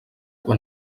quan